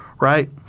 right